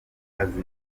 azi